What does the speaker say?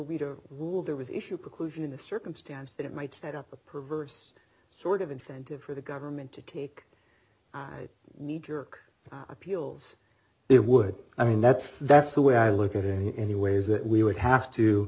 read or will there was issue preclusion in the circumstance that it might set up a perverse sort of incentive for the government to take i need jerk appeals it would i mean that's that's the way i look at any anyway is that we would have to